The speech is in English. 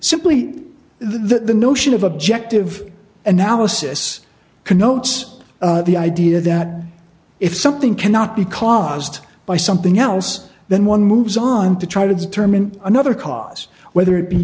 simply the notion of objective analysis connotes the idea that if something cannot be caused by something else then one moves on to try to determine another cause whether it be